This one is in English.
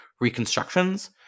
reconstructions